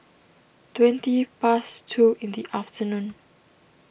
twenty past two in the afternoon